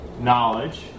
knowledge